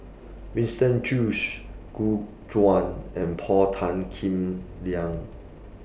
Winston Choos Gu Juan and Paul Tan Kim Liang